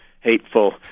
hateful